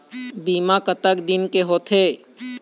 बीमा कतक दिन के होते?